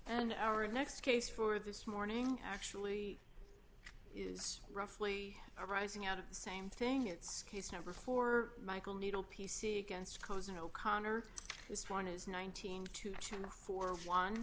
and our next case for this morning actually is roughly arising out of the same thing it's case number four michael needle p c against cousin o'connor this one is nineteen to china for one